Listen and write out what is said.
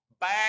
back